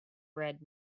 red